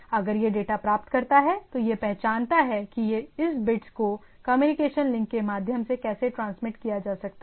अगर यह डेटा प्राप्त करता है तो यह पहचानता है कि इस बिट्स को कम्युनिकेशन लिंक के माध्यम से कैसे ट्रांसमीट किया जा सकता है